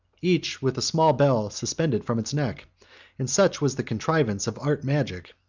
each with a small bell suspended from its neck and such was the contrivance of art magic,